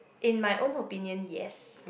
in my own opinion yes